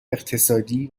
اقتصادی